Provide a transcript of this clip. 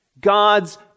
God's